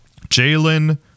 Jalen